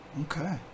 Okay